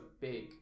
big